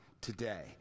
today